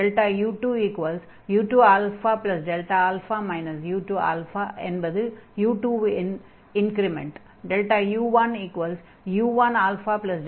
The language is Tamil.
u2u2αΔα u2 என்பது u2 இன் இன்க்ரிமெண்ட் ஆகும்